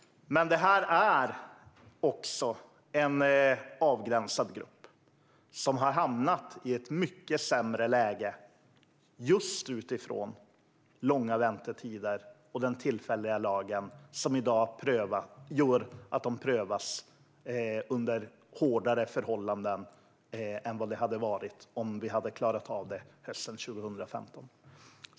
Det här är dock en avgränsad grupp, som har hamnat i ett mycket sämre läge just på grund av långa väntetider och den tillfälliga lagen som i dag gör att de prövas under hårdare förhållanden än om vi hade klarat av det hela hösten 2015.